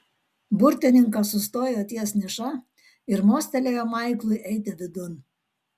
burtininkas sustojo ties niša ir mostelėjo maiklui eiti vidun